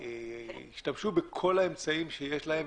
שישתמשו בכל האמצעים שיש להם,